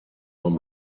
old